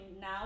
now